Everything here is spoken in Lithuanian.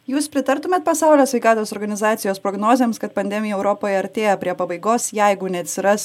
jūs pritartumėt pasaulio sveikatos organizacijos prognozėms kad pandemija europoje artėja prie pabaigos jeigu neatsiras